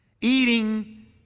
Eating